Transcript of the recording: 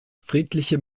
friedliche